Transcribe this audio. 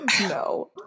No